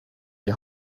die